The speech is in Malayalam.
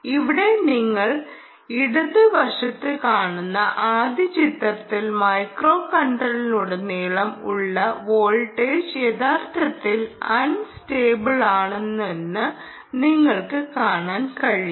ഇവിടെ നിങ്ങൾ ഇടതുവശത്ത് കാണുന്ന ആദ്യ ചിത്രത്തിൽ മൈക്രോകൺട്രോളറിലുടനീളം ഉള്ള വോൾട്ടേജ് യഥാർത്ഥത്തിൽ അൺ സ്റ്റേബിളായിരുന്നുവെന്ന് നിങ്ങൾക്ക് കാണാൻ കഴിയും